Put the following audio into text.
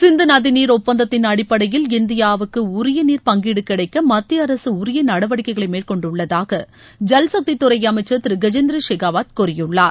சிந்து நதி நீர் ஒப்பந்தத்தின் அடிப்படையில் இந்தியாவுக்கு உரிய நீர் பங்கீடு கிடைக்க மத்திய அரசு உரிய நடவடிக்கைகளை மேற்கொண்டுள்ளதாக ஐல்சக்தி துறை அமைச்சர் திரு கஜேந்திர செகாவத் கூறியுள்ளார்